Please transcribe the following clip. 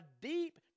deep